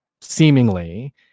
Seemingly